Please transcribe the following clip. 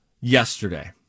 yesterday